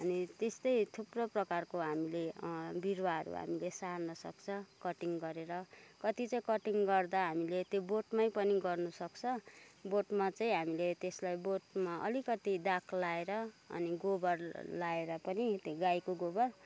अनि त्यस्तै थुप्रै प्रकारको हामीले बिरुवाहरू हामीले सार्नसक्छौँ कटिङ गरेर कति चाहिँ कटिङ गर्दा हामीले त्यो बोटमै पनि गर्नुसक्छौँ बोटमा चाहिँ हामीले त्यसलाई बोटमा अलिकति दाग लगाएर अनि गोबर लगाएर पनि गाईको गोबर